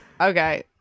Okay